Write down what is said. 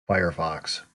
firefox